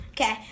Okay